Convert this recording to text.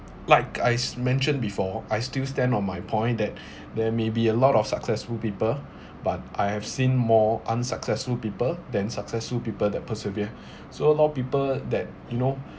like I s~ mentioned before I still stand on my point that there may be a lot of successful people but I have seen more unsuccessful people than successful people that persevere so a lot of people that you know